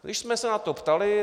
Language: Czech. Už jsme se na to ptali.